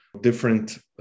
different